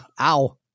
ow